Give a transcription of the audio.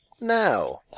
now